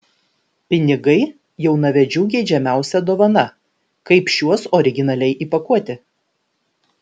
pinigai jaunavedžių geidžiamiausia dovana kaip šiuos originaliai įpakuoti